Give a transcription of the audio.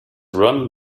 run